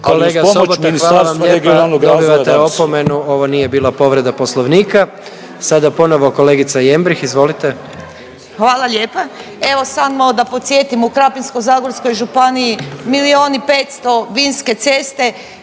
Kolega Sobota, hvala vam lijepa, dobivate opomenu, ovo nije bila povreda Poslovnika. Sada ponovno kolegica Jembrih, izvolite. **Jembrih, Ljubica (HDZ)** Hvala lijepa, evo samo da podsjetim, u Krapinsko-zagorskoj županiji milijun i 500 vinske ceste